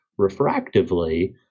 refractively